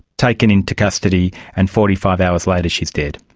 taken into custody, and forty five hours later she is dead.